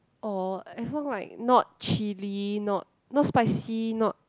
or as long like not chilli not not spicy not